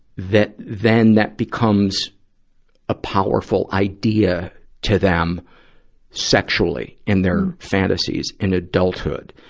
that then that becomes a powerful idea to them sexually in their fantasies in adulthood?